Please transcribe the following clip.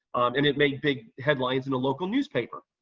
and it made big headlines in the local newspaper.